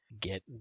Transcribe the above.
get